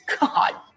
God